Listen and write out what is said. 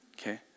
okay